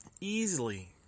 easily